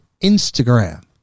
instagram